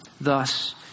Thus